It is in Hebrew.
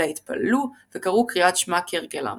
אלא התפללו וקראו קריאת שמע כהרגלם